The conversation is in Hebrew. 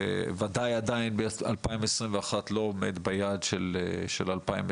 בוודאי ש-2021 עדיין לא עומד ביעד של 2020,